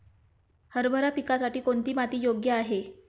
हरभरा पिकासाठी कोणती माती योग्य आहे?